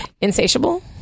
Insatiable